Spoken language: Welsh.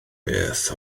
beth